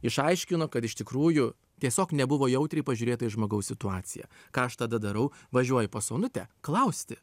išaiškino kad iš tikrųjų tiesiog nebuvo jautriai pažiūrėta į žmogaus situaciją ką aš tada darau važiuoju pas onutę klausti